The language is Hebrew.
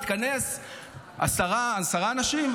עשרה אנשים,